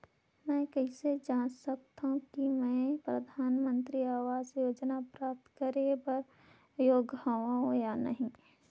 मैं कइसे जांच सकथव कि मैं परधानमंतरी आवास योजना प्राप्त करे बर योग्य हववं या नहीं?